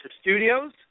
studios